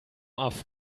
off